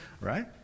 Right